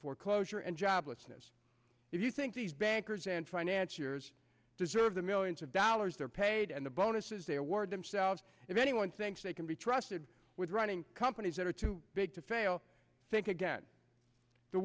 foreclosure and joblessness if you think these bankers and finance years deserve the millions of dollars they're paid and the bonuses they award themselves if anyone thinks they can be trusted with running companies that are too big to fail think again the